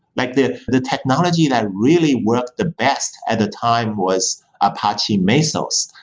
like the the technology that really worked the best at the time was apache mesos,